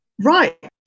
Right